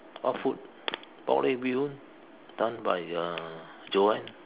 what food pork leg bee-hoon done by uh Joanne